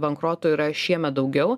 bankrotų yra šiemet daugiau